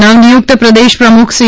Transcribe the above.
નવનિયુક્ત પ્રદેશ પ્રમુખ સી